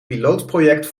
pilootproject